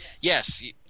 Yes